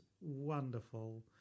wonderful